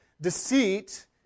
deceit